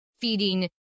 feeding